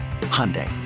Hyundai